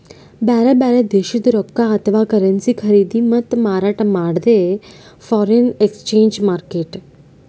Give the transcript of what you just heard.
ಬ್ಯಾರೆ ಬ್ಯಾರೆ ದೇಶದ್ದ್ ರೊಕ್ಕಾ ಅಥವಾ ಕರೆನ್ಸಿ ಖರೀದಿ ಮತ್ತ್ ಮಾರಾಟ್ ಮಾಡದೇ ಫಾರೆನ್ ಎಕ್ಸ್ಚೇಂಜ್ ಮಾರ್ಕೆಟ್